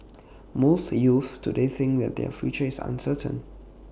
most youths today think that their future is uncertain